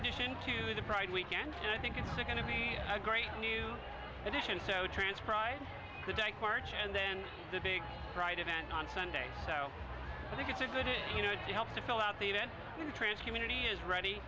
addition to the pride weekend and i think it's going to be a great new addition so transcribe the day birch and then the big right event on sunday so i think it's a good you know to help to fill out the event trance humanity is ready